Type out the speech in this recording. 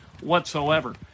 whatsoever